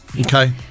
Okay